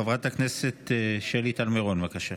חברת הכנסת שלי טל מירון, בבקשה.